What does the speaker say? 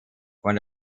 von